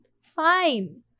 fine